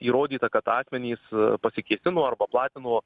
įrodyta kad asmenys pasikėsino arba platino